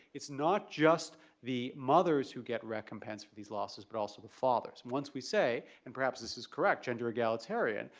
it's not just the mothers who get recompense for these losses but also the fathers'. once we say, and perhaps this is correct, gender egalitarian,